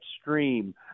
stream